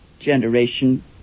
generation